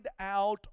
out